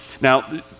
Now